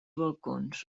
balcons